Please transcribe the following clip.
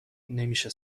نمیشه